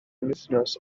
penwythnos